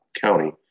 county